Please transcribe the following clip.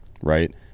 right